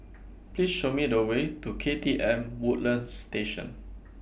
Please Show Me The Way to K T M Woodlands Station